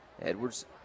Edwards